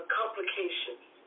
complications